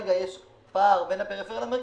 שכרגע יש פער בין הפריפריה למרכז,